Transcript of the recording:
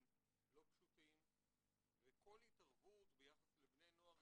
לא פשוטים וכל התערבות ביחס לבני נוער,